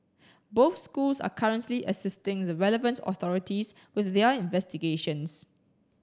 both schools are currently assisting the relevant authorities with their investigations